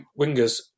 wingers